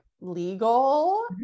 legal